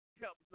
helps